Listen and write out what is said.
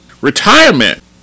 Retirement